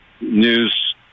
news